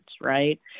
right